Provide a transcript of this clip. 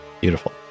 beautiful